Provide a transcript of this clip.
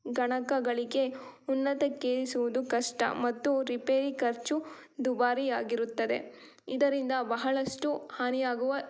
ಗಣಕಗಳಿಗೆ ಉನ್ನತೀಕರಿಸುವುದು ಕಷ್ಟ ಮತ್ತು ರಿಪೇರಿ ಖರ್ಚು ದುಬಾರಿಯಾಗಿರುತ್ತದೆ ಇದರಿಂದ ಬಹಳಷ್ಟು ಹಾನಿಯಾಗುವ